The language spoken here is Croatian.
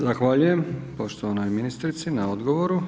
Zahvaljujem poštovanoj ministrici na odgovoru.